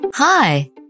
Hi